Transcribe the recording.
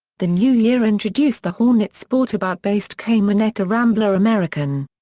the new year introduced the hornet sportabout-based camioneta rambler american.